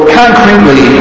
concretely